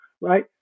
right